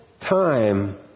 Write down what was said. time